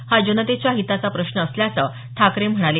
हा जनतेच्या हिताचा प्रश्न असल्याचं ठाकरे म्हणाले